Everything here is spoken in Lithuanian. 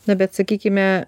na bet sakykime